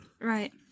Right